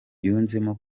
yunzemo